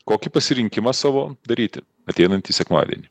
kokį pasirinkimą savo daryti ateinantį sekmadienį